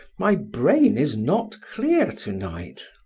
my brain is not clear to-night.